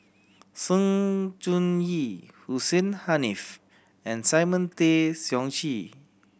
Sng Choon Yee Hussein Haniff and Simon Tay Seong Chee